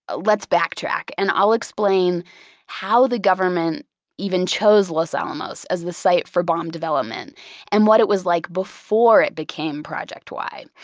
let's backtrack and i'll explain how the government even chose los alamos as the site for bomb development and what it was like before it became project y.